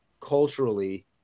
culturally